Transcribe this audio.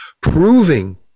proving